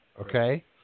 Okay